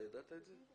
זה פוטנציאל הגבייה.